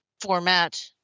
format